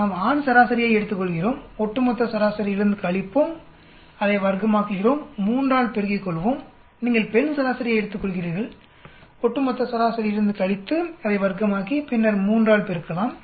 நாம் ஆண் சராசரியை எடுத்துக்கொள்கிறோம் ஒட்டுமொத்த சராசரியிலிருந்து கழிப்போம் அதை வர்க்கமாக்குகிறோம் 3 ஆல் பெருக்கிக் கொள்வோம் நீங்கள் பெண் சராசரியை எடுத்துக்கொள்கிறீர்கள் ஒட்டுமொத்த சராசரியிலிருந்து கழித்து அதை வர்க்கமாக்கி பின்னர் 3 ஆல் பெருக்கலாம்